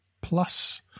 plus